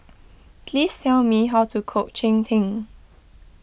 please tell me how to cook Cheng Tng